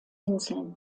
inseln